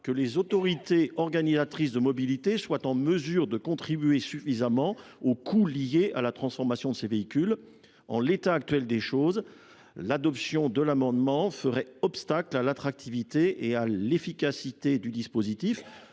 que les autorités organisatrices de la mobilité soient en mesure de contribuer suffisamment aux coûts liés à la transformation de ces véhicules. En l’état actuel des choses, l’adoption de cet amendement ferait obstacle à l’attractivité et à l’efficacité du dispositif.